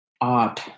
art